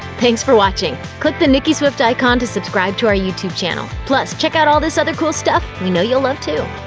thanks for watching! click the nicki swift icon to subscribe to our youtube channel. plus, check out this other cool stuff we know you'll love too!